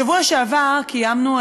בשבוע שעבר קיימנו,